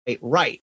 right